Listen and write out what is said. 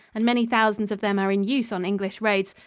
and many thousands of them are in use on english roads,